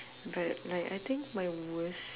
but like I think my worst